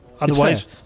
Otherwise